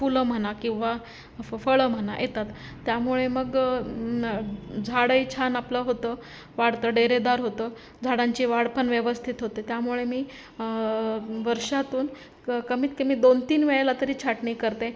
फुलं म्हणा किंवा फ फळं म्हणा येतात त्यामुळे मग झाडंही छान आपलं होतं वाढतं डेरेदार होतं झाडांची वाढ पण व्यवस्थित होते त्यामुळे मी वर्षातून क कमीत कमी दोन तीन वेळेला तरी छाटणी करते